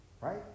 right